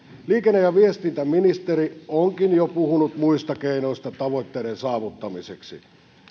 liikenne ja viestintäministeri onkin jo puhunut muista keinoista tavoitteiden saavuttamiseksi